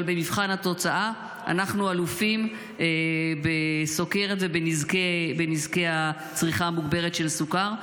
אבל במבחן התוצאה אנחנו אלופים בסוכרת ובנזקי צריכה מוגברת של סוכר.